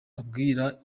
abwira